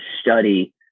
study